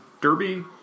Derby